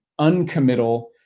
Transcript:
uncommittal